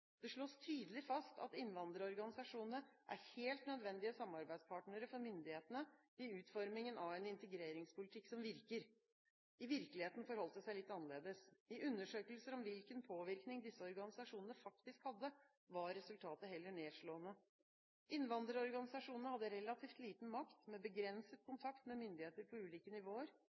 Det slås tydelig fast at innvandrerorganisasjonene er helt nødvendige samarbeidspartnere for myndighetene i utformingen av en integreringspolitikk som virker. I virkeligheten forholdt det seg litt annerledes. I undersøkelser om hvilken påvirkning disse organisasjonene faktisk hadde, var resultatet heller nedslående: Innvandrerorganisasjonene hadde relativt liten makt, med begrenset kontakt med myndigheter på ulike nivåer.